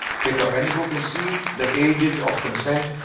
pick up any book and see the ages of consent.